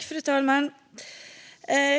Fru talman!